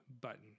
Button